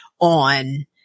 on